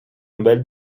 nobel